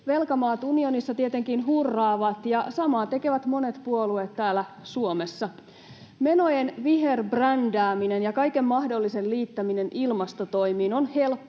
Velkamaat unionissa tietenkin hurraavat, ja samaa tekevät monet puolueet täällä Suomessa. Menojen viherbrändääminen ja kaiken mahdollisen liittäminen ilmastotoimiin on helppoa